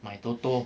买 toto